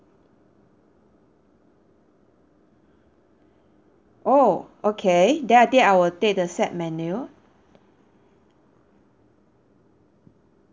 oh okay then I think I will take the set menu